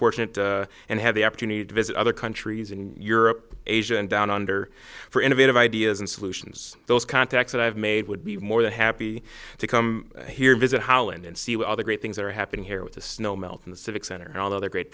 fortunate and have the opportunity to visit other countries in europe asia and down under for innovative ideas and solutions those contacts that i've made would be more than happy to come here visit holland and see what other great things are happening here with the snow melt in the civic center and all the other great